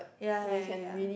ya ya ya